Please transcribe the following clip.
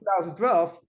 2012